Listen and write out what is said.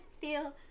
feel